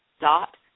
dot